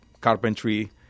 carpentry